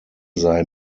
sei